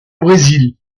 brésil